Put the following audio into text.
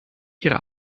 ihrer